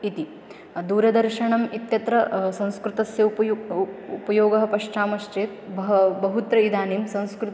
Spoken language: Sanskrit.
इति दूरदर्शनम् इत्यत्र संस्कृतस्य उपयु उपयोगं पश्चामश्चेत् बह बहुत्र इदानीं संस्कृतं